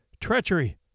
treachery